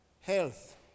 health